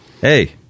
Hey